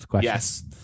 Yes